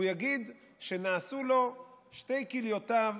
הוא יגיד שנעשו לו שתי כליותיו,